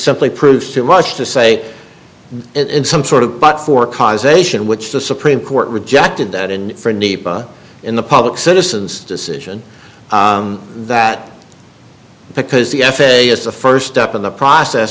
simply proves too much to say it in some sort of but for causation which the supreme court rejected that in in the public citizens decision that because the f a a is the first step in the process